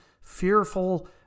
fearful